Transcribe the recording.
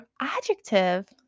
adjective